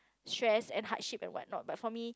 stress and hardships and what not but for me